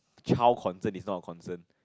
child concern is not a concern